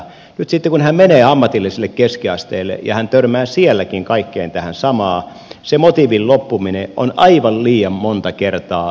nyt sitten kun hän menee ammatilliselle keskiasteelle ja hän törmää sielläkin kaikkeen tähän samaan se motiivin loppuminen on aivan liian monta kertaa tosiasia